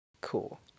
cool